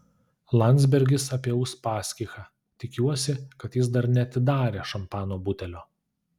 landsbergis apie uspaskichą tikiuosi kad jis dar neatidarė šampano butelio